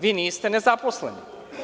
Vi niste nezaposleni.